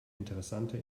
interessante